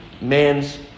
man's